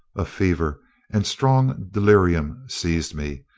a fever and strong delirium seized me,